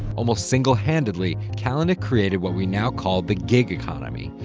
almost singlehandedly, kalanick created what we now call the gig economy.